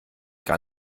gar